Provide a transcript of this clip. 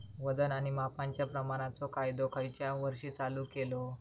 वजन आणि मापांच्या प्रमाणाचो कायदो खयच्या वर्षी चालू केलो?